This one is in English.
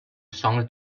songs